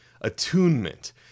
Attunement